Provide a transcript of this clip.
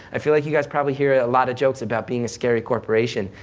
i feel like you guys probably hear a lot of jokes about being a scary corporation,